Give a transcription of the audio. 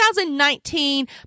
2019